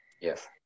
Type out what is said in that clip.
Yes